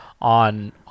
on